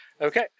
Okay